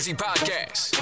podcast